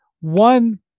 One